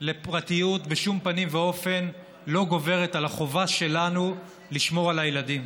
לפרטיות בשום פנים ואופן לא גוברת על החובה שלנו לשמור על הילדים.